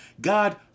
God